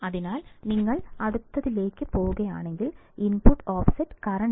അതിനാൽ നിങ്ങൾ അടുത്തതിലേക്ക് പോകുകയാണെങ്കിൽ ഇൻപുട്ട് ഓഫ്സെറ്റ് കറന്റ്